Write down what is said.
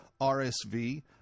RSV